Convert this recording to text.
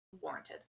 warranted